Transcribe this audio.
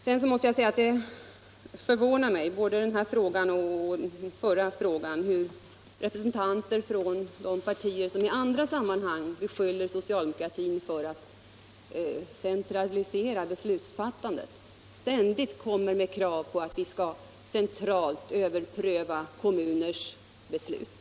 Både den här och den förra frågan förvånar mig genom att representanter för partier som i andra sammanhang beskyller socialdemokratin för att centralisera beslutsfattandet ställer krav på att kommuners beslut skall överprövas centralt.